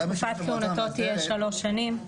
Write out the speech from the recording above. תקופת כהונתו תהיה שלוש שנים.